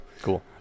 Cool